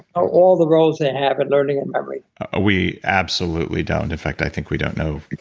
ah all the roles they and have in learning and memory ah we absolutely don't, in fact i think we don't know,